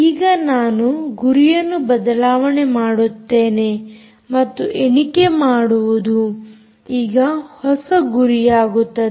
ಈಗ ನಾನು ಗುರಿಯನ್ನು ಬದಲಾವಣೆ ಮಾಡುತ್ತೇನೆ ಮತ್ತು ಎಣಿಕೆ ಮಾಡುವುದು ಈಗ ಹೊಸ ಗುರಿಯಾಗುತ್ತದೆ